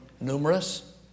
numerous